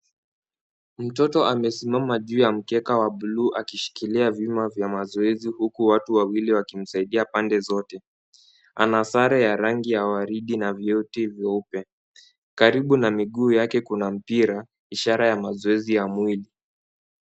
NI mtoto amesimama juu ya mkeka wa bluu akishikilia vyuma vya mazoezi huku watu wawili wakimsaidia pande zote. Ana sare ya rangi ya waridi na vidoti vyeupe. Karibu na miguu yake kuna mpira, ishara ya mazoezi ya mwili.